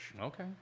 Okay